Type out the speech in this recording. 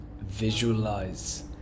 visualize